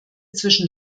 zwischen